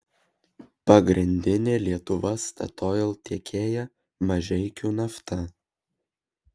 pagrindinė lietuva statoil tiekėja mažeikių nafta